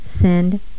Send